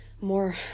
more